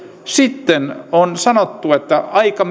sitten on sanottu että aika